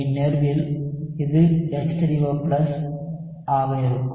இந்நேர்வில் இது H3O ஆக இருக்கும்